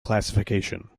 classification